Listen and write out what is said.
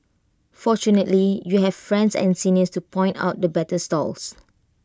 fortunately you have friends and seniors to point out the better stalls